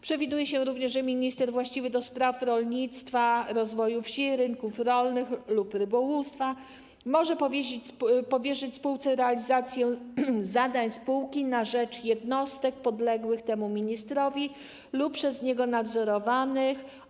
Przewiduje się również, że minister właściwy do spraw rolnictwa, rozwoju wsi, rynków rolnych lub rybołówstwa może powierzyć spółce realizację zadań spółki na rzecz jednostek podległych temu ministrowi lub przez niego nadzorowanych.